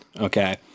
Okay